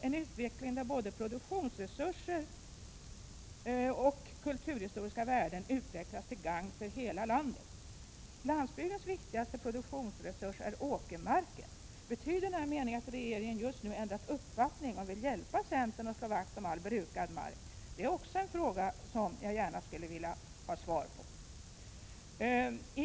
En utveckling där både produktionsresurser och kulturhistoriska värden utvecklas till gagn för hela landet.” Landsbygdens viktigaste produktionsresurs är åkermarken. Betyder den här meningen att regeringen just nu ändrat uppfattning och vill hjälpa centern att slå vakt om all brukad mark? Det är också en fråga jag gärna skulle vilja ha svar på.